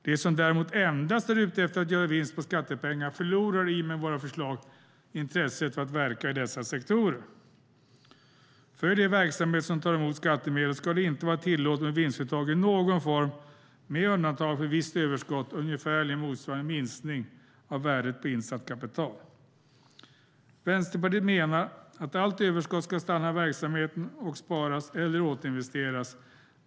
De som däremot endast är ute efter att göra en vinst på skattepengar förlorar i och med våra förslag intresset för att verka i dessa sektorer. För de verksamheter som tar emot skattemedel ska det inte vara tillåtet med vinstuttag i någon form, med undantag för visst överskott ungefärligen motsvarande en minskning av värdet på insatt kapital. Vänsterpartiet menar att allt överskott ska stanna i verksamheten och sparas eller återinvesteras.